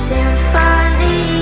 Symphony